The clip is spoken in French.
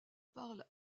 parle